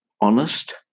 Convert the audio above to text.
honest